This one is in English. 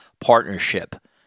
partnership